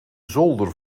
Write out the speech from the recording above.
zolder